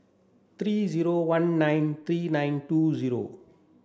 three zero one nine three nine two zero